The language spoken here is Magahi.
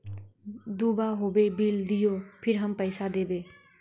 दूबा होबे बिल दियो फिर हम पैसा देबे?